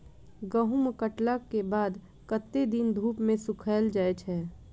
गहूम कटला केँ बाद कत्ते दिन धूप मे सूखैल जाय छै?